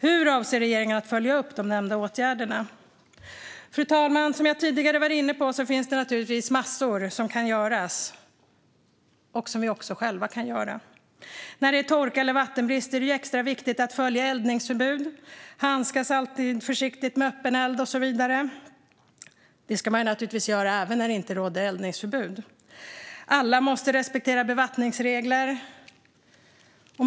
Hur avser regeringen att följa upp de nämnda åtgärderna? Fru talman! Som jag tidigare har varit inne på finns det naturligtvis massor som kan göras och som vi själva kan göra. Vid torka eller vattenbrist är det extra viktigt att följa eldningsförbud, att handskas försiktigt med öppen eld och så vidare. Det ska man naturligtvis göra även när det inte råder eldningsförbud. Alla måste respektera bevattningsregler.